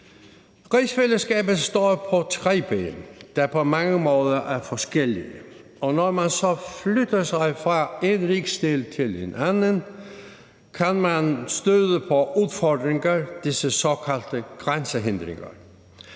Rigsfællesskabet står på tre ben, der på mange måder er forskellige, og når man så flytter sig fra den ene rigsdel til den anden, kan man støde på udfordringer, de såkaldte grænsehindringer.